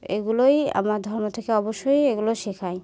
এগুলোই আমার ধর্ম থেকে অবশ্যই এগুলো শেখায়